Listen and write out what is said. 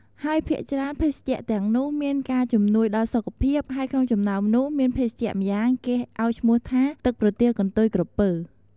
ហើយភាគច្រើនភេសជ្ជៈទាំងនោះ មានការជំនួយដល់សុខភាព ហើយក្នុងចំណោមនោះមានភេសជ្ជៈម្យ៉ាងគេអោយឈ្មោះថា ទឹកប្រទាលកន្ទុយក្រពើ។